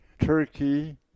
Turkey